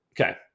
okay